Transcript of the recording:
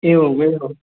एवम् एवम्